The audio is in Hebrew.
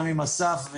עם אסף,